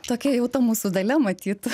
tokia jau ta mūsų dalia matyt